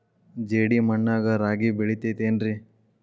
ಜೇಡಿ ಮಣ್ಣಾಗ ರಾಗಿ ಬೆಳಿತೈತೇನ್ರಿ?